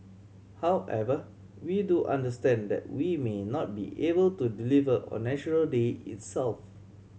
however we do understand that we may not be able to deliver on National Day itself